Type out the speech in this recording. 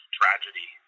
tragedy